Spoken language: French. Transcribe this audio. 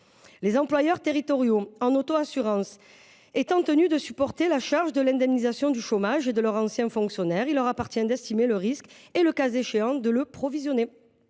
Les employeurs territoriaux en auto-assurance étant tenus de supporter la charge de l’indemnisation du chômage de leurs anciens fonctionnaires, il leur appartient d’estimer le risque et, le cas échéant, de le provisionner.